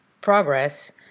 progress